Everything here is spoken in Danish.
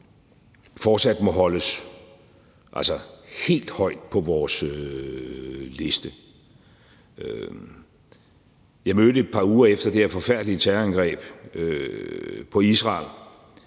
fortsat må holdes helt højt oppe på vores liste. Jeg mødte et par uger efter det her forfærdelige terrorangreb på Israel